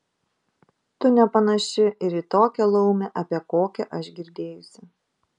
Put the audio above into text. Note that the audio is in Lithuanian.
tu nepanaši ir į tokią laumę apie kokią aš girdėjusi